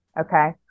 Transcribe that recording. okay